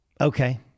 Okay